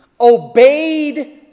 obeyed